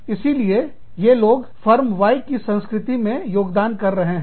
इसीलिए ये लोग फर्म Y की संस्कृति में योगदान कर रहे हैं